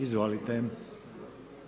Izvolite.